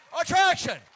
attraction